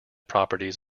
properties